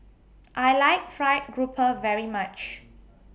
I like Fried Grouper very much